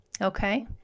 okay